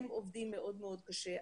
הם עובדים מאוד מאוד קשה.